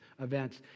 events